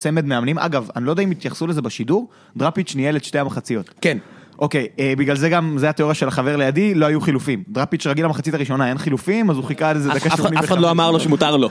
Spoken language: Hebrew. צמד מאמנים, אגב, אני לא יודע אם התייחסו לזה בשידור, דראפיץ' ניהל את שתי המחציות. כן. אוקיי, בגלל זה גם, זו הייתה תיאוריה של החבר לידי, לא היו חילופים. דראפיץ' רגיל למחצית הראשונה, אין חילופים, אז הוא חיכה איזה דקה שמונים ואחד.. אף אחד לא אמר לו שמותר לו.